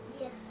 Yes